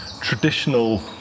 traditional